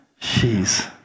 Jeez